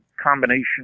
combination